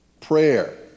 prayer